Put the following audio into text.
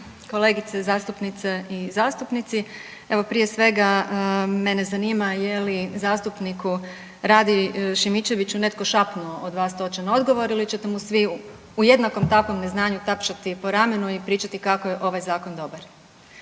Kolegice zastupnice i zastupnici. Evo, prije svega mene zanima je li zastupniku Radi Šimičeviću netko šapnuo od vas točan odgovor ili ćete mu svi u jednakom takvom neznanju tapšati po ramenu i pričati kako je ovaj Zakon dobar.